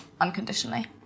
unconditionally